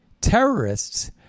terrorists